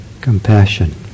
Compassion